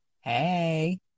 hey